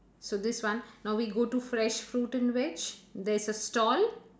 so this one now we go to fresh fruit and vege there's a stall